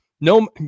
No